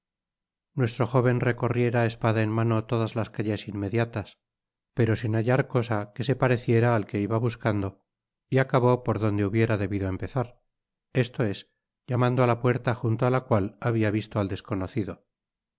nuestro joven recorriera espada en mano todas las calles inmediatas pero sin hallar cosa que se pareciera al que iba buscando y acabó por donde hubiera debido empezar esto es llamando á la puerta junto á la cual habia visto al desconocido